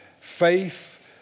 Faith